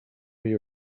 you